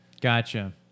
Gotcha